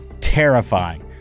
terrifying